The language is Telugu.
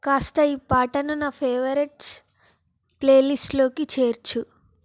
కాస్త ఈ పాటను నా ఫేవరెట్స్ ప్లేలిస్టులోకి చేర్చు